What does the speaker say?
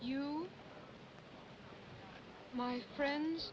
you my friends